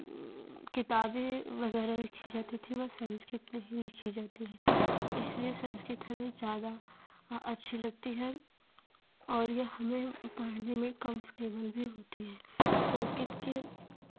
किताबें वगेरह लिखी जाती थी वह संस्कृत में ही लिखी जाती है इसलिए संस्कृत हमें ज़्यादा आ अच्छी लगती है और यह हमें पढ़ने में कम्फ़र्टेबल भी होती है व संस्कृत के